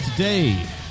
Today